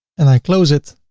and i close it